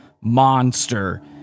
monster